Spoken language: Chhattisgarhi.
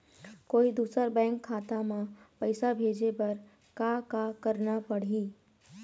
कोई दूसर बैंक खाता म पैसा भेजे बर का का करना पड़ही?